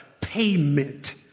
payment